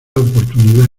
oportunidad